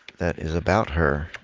that is about her